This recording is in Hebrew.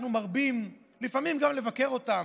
אנחנו מרבים לפעמים גם לבקר אותם.